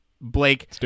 Blake